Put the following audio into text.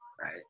right